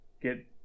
get